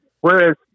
whereas